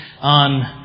on